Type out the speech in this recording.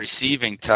receiving